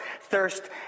thirst